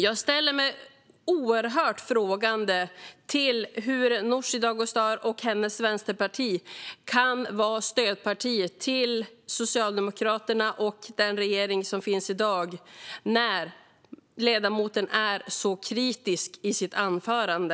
Jag ställer mig oerhört frågande till hur Nooshi Dadgostars vänsterparti kan vara stödparti till Socialdemokraterna och den regering som finns i dag när ledamoten är så kritisk i sitt anförande.